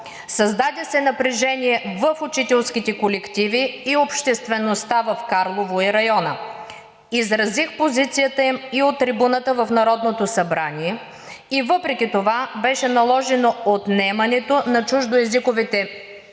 Създаде се напрежение в учителските колективи и обществеността в Карлово и района. Изразих позициите им и от трибуната на Народното събрание и въпреки това беше наложено отнемането на чуждоезиковите